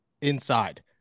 inside